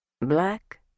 black